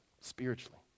spiritually